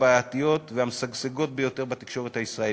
הבעייתיות והמשגשגות ביותר בתקשורת הישראלית.